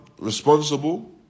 responsible